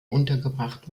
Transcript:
untergebracht